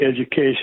education